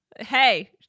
Hey